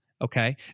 Okay